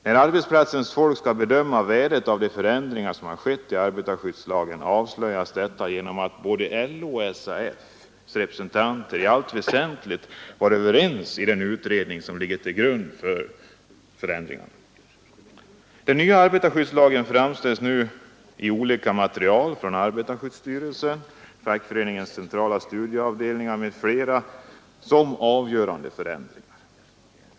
När arbetsplatsens folk skall bedöma värdet av de förändringar som har skett i arbetarskyddslagen avslöjas detta genom att både LO:s och SAF: representanter i allt väsentligt varit överens i den utredning som ligger till grund för förändringarna. Den nya arbetarskyddslagen framställs nu i olika material från arbetarskyddsstyrelsen, fackföreningarnas centrala studieavdelningar m.fl. som innebärande avgörande förändringar.